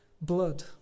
blood